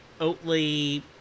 Oatly